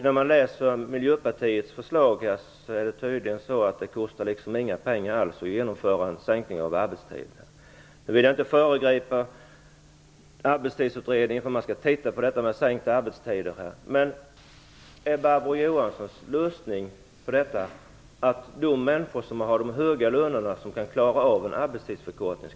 När man läser Miljöpartiets förslag verkar det som om det inte kostar någonting alls att genomföra arbetstidsförkortningen. Jag vill inte föregripa Arbetstidsutredningen, som skall titta på frågan om arbetstidsförkortning. Är Barbro Johanssons lösning att det är de människor som har de höga lönerna, de som kan klara detta, som skall få en arbetstidsförkortning?